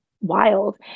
wild